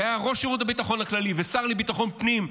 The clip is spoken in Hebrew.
שהיה ראש שירות הביטחון הכללי והשר לביטחון פנים,